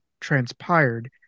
transpired